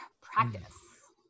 practice